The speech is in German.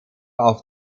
auf